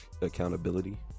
accountability